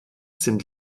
sind